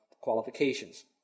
qualifications